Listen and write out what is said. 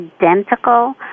identical